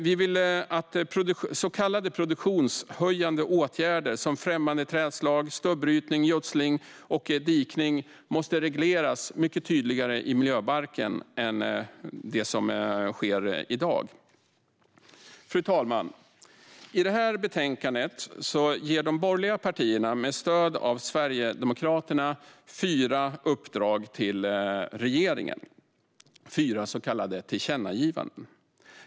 Vi anser att så kallade produktionshöjande åtgärder, som främmande trädslag, stubbrytning, gödsling och dikning, måste regleras mycket tydligare i miljöbalken än som sker i dag. Fru talman! I detta betänkande ger de borgerliga partierna, med stöd av Sverigedemokraterna, fyra uppdrag till regeringen - fyra så kallade tillkännagivanden.